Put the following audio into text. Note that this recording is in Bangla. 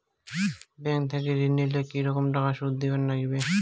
ব্যাংক থাকি ঋণ নিলে কি রকম টাকা সুদ দিবার নাগিবে?